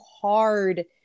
hard